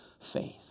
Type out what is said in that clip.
faith